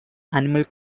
animal